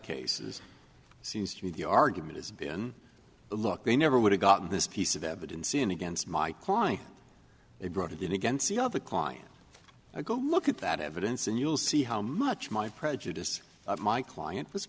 cases seems to me the argument has been look they never would have gotten this piece of evidence in against my client they brought it in against the of the client a go look at that evidence and you'll see how much my prejudice of my client